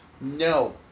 No